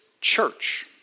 church